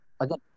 again